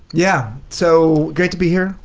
yeah. so, great to be here.